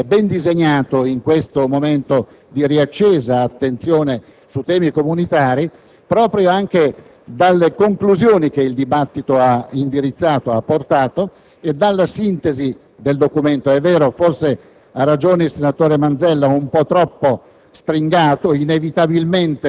il futuro direi che è ben disegnato in questo momento di riaccesa attenzione su temi comunitari proprio dalle conclusioni che il dibattito ha portato e dalla sintesi del documento. È vero, forse ha ragione il senatore Manzella, esso è un po' troppo